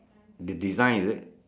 the design is it